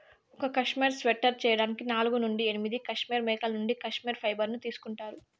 ఒక cashmere sweater చేయడానికి నాలుగు నుండి ఎనిమిది కష్మెరె మేకల నుండి కష్మెరె ఫైబర్ ను తీసుకుంటారు